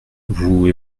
vous